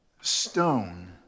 Stone